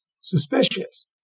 suspicious